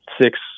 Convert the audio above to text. six